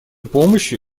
помощи